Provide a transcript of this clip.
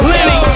Lenny